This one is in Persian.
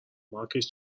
مارکش